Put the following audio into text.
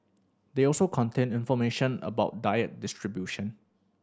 they also contain information about diet distribution